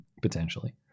Potentially